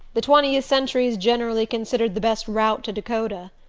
the twentieth century's generally considered the best route to dakota,